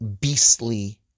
beastly